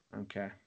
Okay